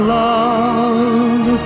love